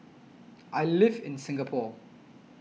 I live in Singapore